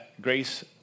grace